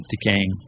decaying